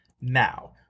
now